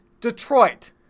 Detroit